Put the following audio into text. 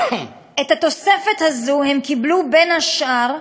את התוספת הזאת הם קיבלו, בין השאר,